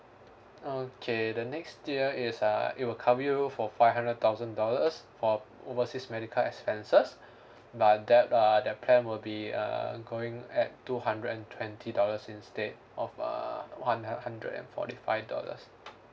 okay the next tier is uh it will cover you for five hundred thousand dollars for overseas medical expenses but that err that plan will be uh going at two hundred and twenty dollars instead of err one hun~ hundred and forty five dollars